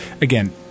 again